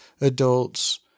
adults